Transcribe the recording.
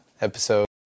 episode